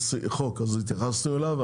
יש חוק אז התייחסנו אליו.